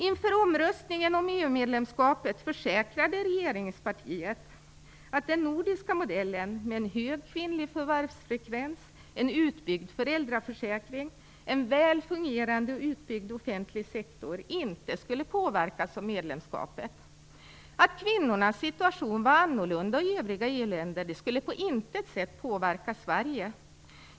Inför omröstningen om EU-medlemskapet försäkrade regeringspartiet att den nordiska modellen med en hög kvinnlig förvärvsfrekvens, en utbyggd föräldraförsäkring och en väl fungerande och utbyggd offentlig sektor inte skulle påverkas av medlemskapet. Att kvinnornas situation var annorlunda i övriga EU länder skulle på intet sätt påverka Sverige.